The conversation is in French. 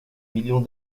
millions